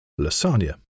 Lasagna